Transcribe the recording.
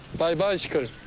by bicycle.